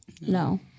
no